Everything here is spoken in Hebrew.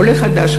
עולה חדש,